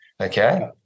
Okay